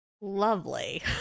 Lovely